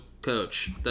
coach